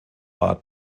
art